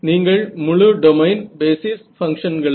நீங்கள் முழு domain basis பங்ஷன்களை